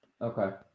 Okay